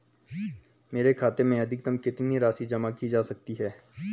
मेरे खाते में अधिकतम कितनी राशि जमा की जा सकती है?